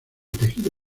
tejido